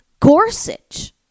Gorsuch